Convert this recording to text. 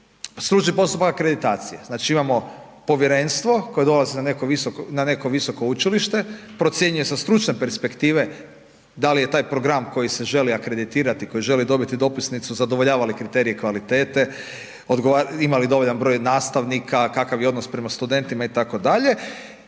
stručni postupak akreditacije. Znači imamo povjerenstvo koje dolazi na neko visoko učilište, procjenjuje sa stručne perspektive da li je taj program koji se želi akreditirati, koji želi dobiti dopisnicu zadovoljava li kriterije kvalitete, ima li dovoljan broj nastavnika, kakav je odnos prema studentima itd..